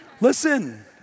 Listen